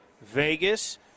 Vegas